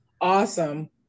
awesome